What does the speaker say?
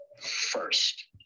first